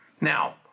Now